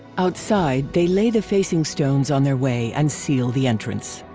outside, they lay the facing stones on their way and seal the entrance.